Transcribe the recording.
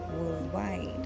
worldwide